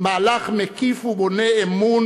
מהלך מקיף ובונה אמון,